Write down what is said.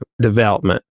development